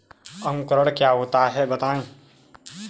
अंकुरण क्या होता है बताएँ?